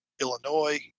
illinois